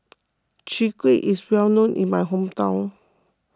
Chwee Kueh is well known in my hometown